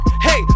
Hey